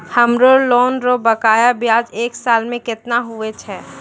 हमरो लोन रो बकाया ब्याज एक साल मे केतना हुवै छै?